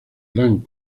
orán